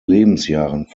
lebensjahren